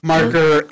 Marker